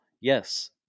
Yes